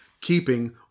keeping